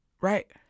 Right